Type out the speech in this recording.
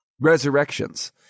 resurrections